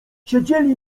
siedzieli